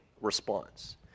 response